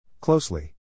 Closely